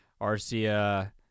Arcia